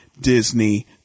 disney